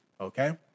Okay